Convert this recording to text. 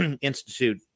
institute